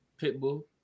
Pitbull